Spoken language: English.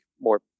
more